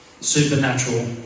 supernatural